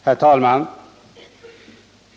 Herr talman!